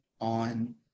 on